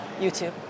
YouTube